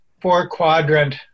four-quadrant